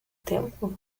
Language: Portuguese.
tempo